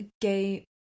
gay